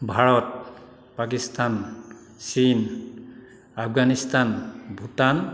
ভাৰত পাকিস্তান চীন আফগানিস্তান ভূটান